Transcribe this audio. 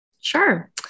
Sure